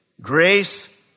grace